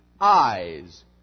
eyes